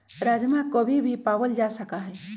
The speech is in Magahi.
राजमा कभी भी पावल जा सका हई